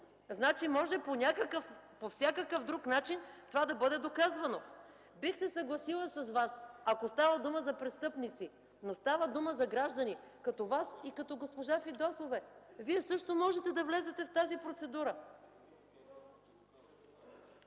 някакъв, по всякакъв друг начин това да бъде доказвано. Бих се съгласила с Вас, ако става дума за престъпници. Но става дума за граждани – като Вас и като госпожа Фидосова. Вие също можете да влезете в тази процедура!